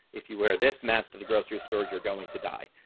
if you wear this mask to the grocery store, you're going to die.